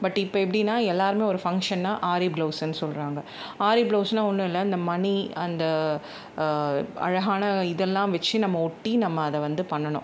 but இப்போ எப்படினா எல்லாருமே ஒரு ஃபங்க்ஷன்னா ஆரி ப்ளவுஸ்னு சொல்கிறாங்க ஆரி ப்ளவுஸ்னா ஒன்றும் இல்லை இந்த மணி அந்த அழகான இதெல்லாம் வச்சு நம்ம ஒட்டி நம்ம அதை வந்து பண்ணணும்